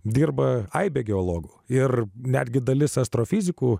dirba aibė geologų ir netgi dalis astrofizikų